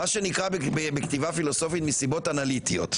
מה שנקרא בכתיבה פילוסופית: מסיבות אנליטיות.